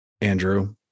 Andrew